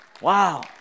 Wow